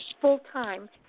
full-time